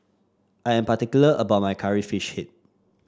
I am particular about my Curry Fish Head